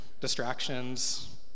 distractions